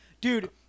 Dude